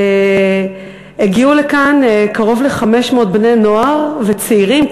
הגיעו לכאן קרוב ל-500 בני-נוער וצעירים,